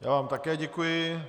Já vám také děkuji.